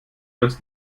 sonst